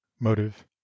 motive